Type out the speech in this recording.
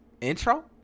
intro